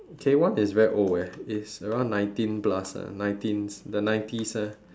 k-one is very old eh it's around nineteen plus nineteen the nineties ah